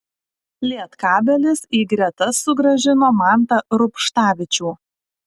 lietkabelis į gretas sugrąžino mantą rubštavičių